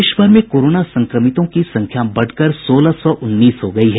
देशभर में कोरोना संक्रमितों की संख्या बढ़कर सोलह सौ उन्नीस हो गयी है